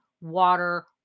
water